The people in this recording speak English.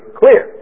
clear